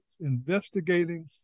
investigating